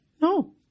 No